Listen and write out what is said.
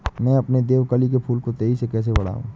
मैं अपने देवकली के फूल को तेजी से कैसे बढाऊं?